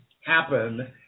happen